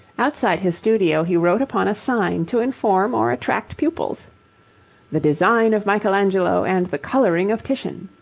outside his studio he wrote upon a sign to inform or attract pupils the design of michelangelo and the colouring of titian